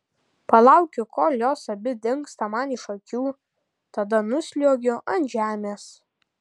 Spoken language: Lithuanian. palaukiu kol jos abi dingsta man iš akių tada nusliuogiu ant žemės